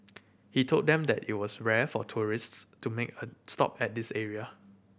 he told them that it was rare for tourists to make her stop at this area